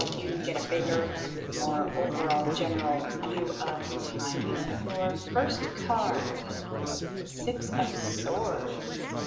look you've got a bigger more overall general view of the timing your first card six of swords